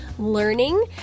learning